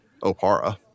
Opara